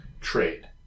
trade